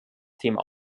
thema